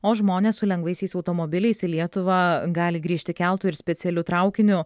o žmonės su lengvaisiais automobiliais į lietuvą gali grįžti keltu ir specialiu traukiniu